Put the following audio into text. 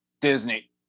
Disney